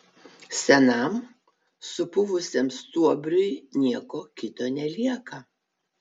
senam supuvusiam stuobriui nieko kito nelieka